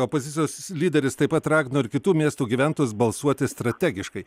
opozicijos lyderis taip pat ragino ir kitų miestų gyventojus balsuoti strategiškai